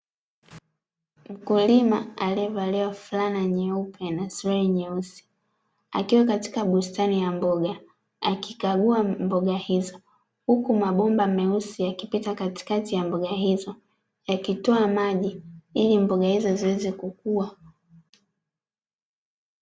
Mkulima aliyevalia flana nyeupe na suruali nyeusi, akiwa katika bustani ya mboga akikagua mboga hizo, huku mabomba meusi yakipita katikati ya mboga hizo, yakitoa maji ili mboga hizo ziweze kukua.